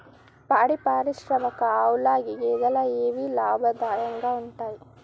పాడి పరిశ్రమకు ఆవుల, గేదెల ఏవి లాభదాయకంగా ఉంటయ్?